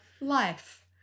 Life